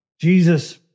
jesus